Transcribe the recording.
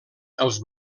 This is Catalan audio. els